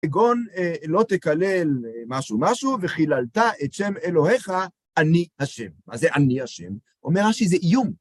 כגון לא תקלל משהו-משהו, וחיללת את שם אלוהיך, אני השם, מה זה אני השם? אומר שזה איום.